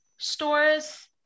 stores